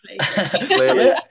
Clearly